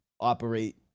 operate